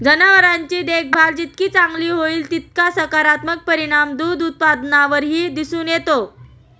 जनावरांची देखभाल जितकी चांगली होईल, तितका सकारात्मक परिणाम दूध उत्पादनावरही दिसून येतो